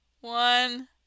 one